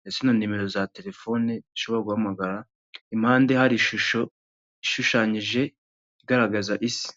ndetse na numero za telefoni ushobora guhamagara, impande hari ishusho ishushanyije igaragaza isi.